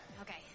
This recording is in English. Okay